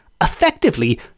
effectively